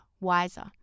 wiser